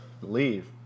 leave